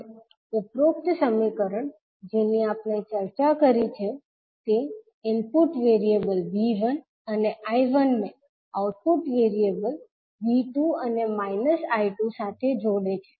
હવે ઉપરોક્ત સમીકરણ જેની આપણે ચર્ચા કરી છે તે ઇનપુટ વેરીએબલ 𝐕1 અને 𝐈1 ને આઉટપુટ વેરીએબલ 𝐕2 અને −𝐈2 સાથે જોડે છે